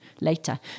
later